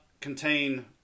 contain